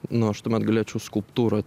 nu aš tuomet galėčiau skulptūra